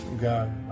God